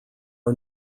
are